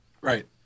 Right